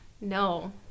no